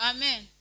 Amen